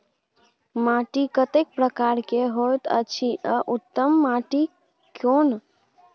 माटी कतेक प्रकार के होयत अछि आ उत्तम माटी कोन?